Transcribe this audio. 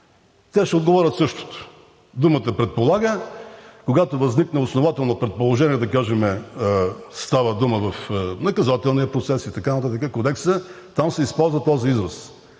те ще отговорят същото. Думата „предполага“, когато възникне основателно предположение, да кажем, става дума в наказателния процес и така нататък, в Кодекса, там се използва този израз.